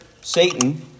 Satan